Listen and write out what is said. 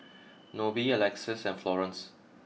Nobie Alexys and Florance